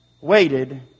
waited